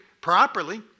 properly